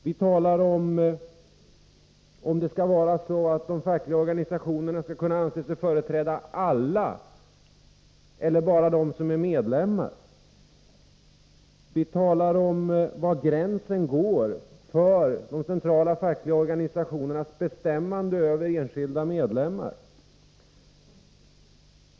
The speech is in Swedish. Vi talar om huruvida de fackliga organisationerna skall kunna anse sig företräda alla anställda eller bara dem som är medlemmar. Vi talar om var gränsen går för de centrala fackliga organisationernas bestämmande över enskilda medlemmar.